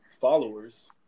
followers